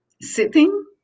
sitting